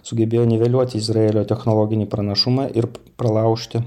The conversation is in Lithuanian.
sugebėjo niveliuoti izraelio technologinį pranašumą ir pralaužti